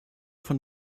von